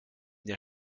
der